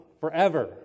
forever